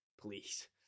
please